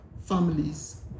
families